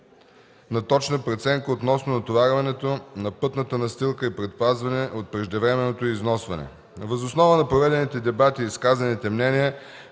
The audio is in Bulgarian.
на точна преценка относно натоварването на пътната настилка и предпазването й от преждевременно износване. Въз основа на проведените дебати и изказаните мнения